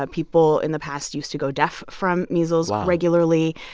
ah people in the past used to go deaf from measles regularly.